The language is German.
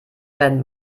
werden